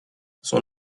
son